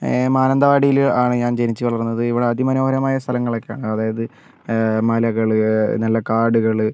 മാനന്തവാടിയിലാണ് ഞാൻ ജനിച്ചു വളർന്നത് ഇവിടെ അതിമനോഹരമായ സ്ഥലങ്ങളൊക്കെ ഉണ്ട് ആതായത് മലകൾ നല്ല കാടുകൾ